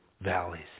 valleys